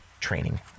training